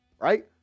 right